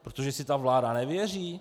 Protože si ta vláda nevěří?